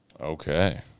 Okay